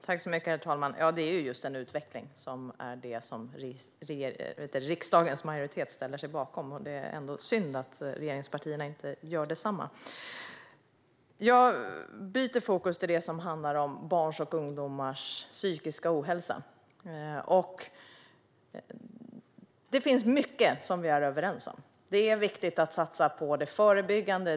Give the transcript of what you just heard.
Herr talman! Det är just en utveckling som riksdagens majoritet ställer sig bakom. Det är synd att regeringspartierna inte gör detsamma. Låt mig byta fokus till det som handlar om barns och ungdomars psykiska ohälsa. Det finns mycket vi är överens om. Det är viktigt att satsa på det förebyggande.